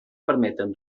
permeten